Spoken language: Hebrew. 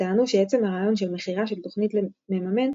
וטענו שעצם הרעיון של "מכירה" של תוכנית למממן,